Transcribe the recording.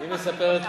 אני חושב,